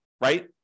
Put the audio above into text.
right